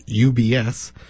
UBS